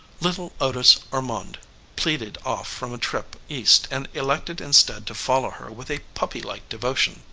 little otis ormonde pleaded off from a trip east and elected instead to follow her with a puppylike devotion,